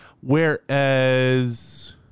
Whereas